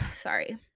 sorry